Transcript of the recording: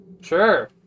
Sure